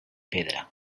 pedra